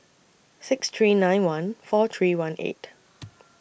six three nine one four three one eight